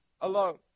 alone